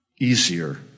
easier